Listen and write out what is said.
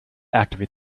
activate